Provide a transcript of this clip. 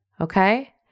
Okay